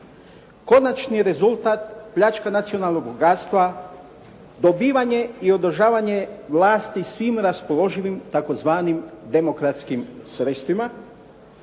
Konačni rezultat, pljačka nacionalnog bogatstva, dobivanje i održavanje vlasti svim raspoloživim tzv. demokratskim sredstvima.